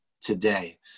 today